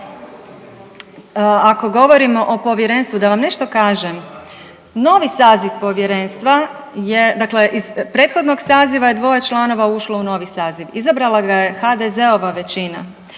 ako govorimo o povjerenstvu da vam nešto kažem, novi saziv povjerenstva dakle iz prethodnog saziva je dvoje članova ušlo u novi saziv, izabrala ga je HDZ-ova većina.